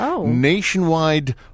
Nationwide